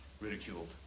ridiculed